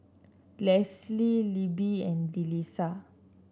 Leslee Libbie and Delisa